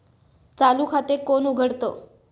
चालू खाते कोण उघडतं?